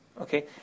Okay